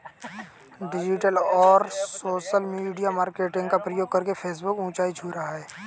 digital और social media marketing का प्रयोग करके फेसबुक ऊंचाई छू रहा है